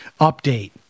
update